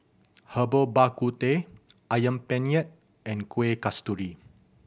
Herbal Bak Ku Teh Ayam Penyet and Kueh Kasturi